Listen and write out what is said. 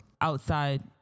outside